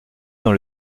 dans